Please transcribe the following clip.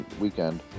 weekend